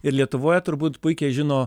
ir lietuvoje turbūt puikiai žino